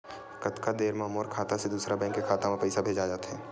कतका देर मा मोर खाता से दूसरा बैंक के खाता मा पईसा भेजा जाथे?